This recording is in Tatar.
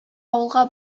авылга